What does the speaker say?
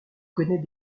connais